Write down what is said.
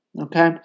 okay